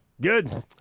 Good